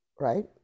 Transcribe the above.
right